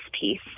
piece